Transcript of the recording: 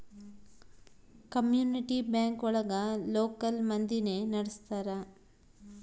community bank ಒಳಗ local ಮಂದಿನೆ ನಡ್ಸ್ತರ